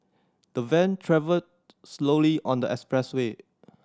the van travelled slowly on the expressway